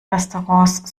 restaurants